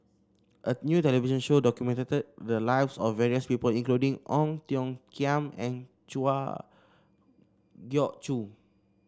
a new television show documented the lives of various people including Ong Tiong Khiam and Geok Choo